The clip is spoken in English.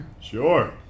Sure